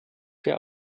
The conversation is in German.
sehr